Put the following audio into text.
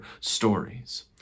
stories